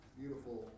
beautiful